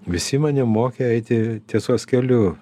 visi mane mokė eiti tiesos keliu